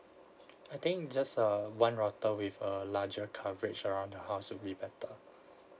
I think just err one router with a larger coverage around the house will be better